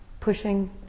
pushing